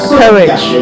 courage